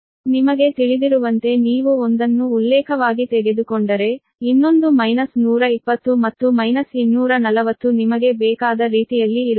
ನಿಮಗೆ ತಿಳಿದಿರುವಂತೆ ನೀವು ಒಂದನ್ನು ಉಲ್ಲೇಖವಾಗಿ ತೆಗೆದುಕೊಂಡರೆ ಇನ್ನೊಂದು ಮೈನಸ್ 120 ಮತ್ತು ಮೈನಸ್ 240 ನಿಮಗೆ ಬೇಕಾದ ರೀತಿಯಲ್ಲಿ ಇರುತ್ತದೆ